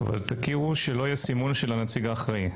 אבל תכירו שלא יהיה סימון של הנציג האחראי.